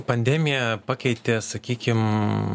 pandemija pakeitė sakykim